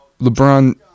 LeBron